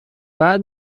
بعد